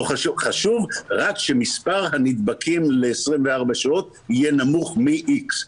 חשוב רק שמספר הנדבקים ל-24 שעות יהיה נמוך מ-X.